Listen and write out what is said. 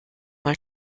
mal